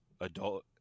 adult